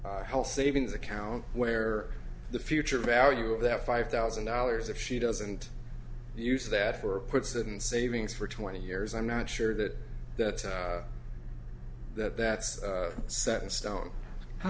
and health savings account where the future value of that five thousand dollars that she doesn't use that for puts and savings for twenty years i'm not sure that that that that's set in stone how